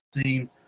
theme